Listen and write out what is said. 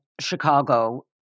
Chicago